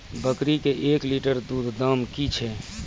बकरी के एक लिटर दूध दाम कि छ?